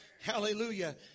Hallelujah